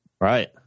Right